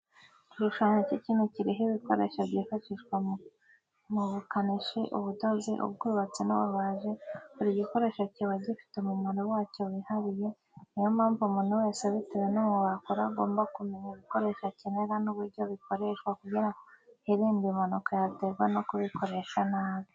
Igishushanyo kikini kiriho ibikoresho byifashishwa mu bukanishi, ubudozi, ubwubatsi n'ububajii, buri gikoresho kiba gifite umumaro wacyo wihariye, niyo mpamvu umuntu wese bitewe n'umwuga akora agomba kumenya ibikoresho akenera n'uburyo bikoreshwa kugira ngo hirindwe impanuka yaterwa no kubikoresha nabi.